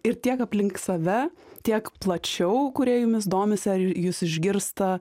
ir tiek aplink save tiek plačiau kurie jumis domisi ar jus išgirsta